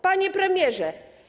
Panie Premierze!